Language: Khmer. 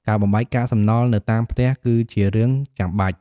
ការបំបែកកាកសំណល់នៅតាមផ្ទះ គឺជារឿងចាំបាច់។